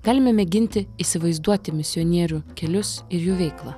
galime mėginti įsivaizduoti misionierių kelius ir jų veiklą